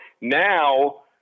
now